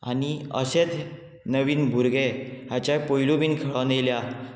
आनी अशेच नवीन भुरगे हाच्या पयलू बीन खेळोन येयल्या